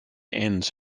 ends